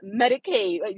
Medicaid